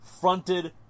Fronted